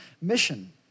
mission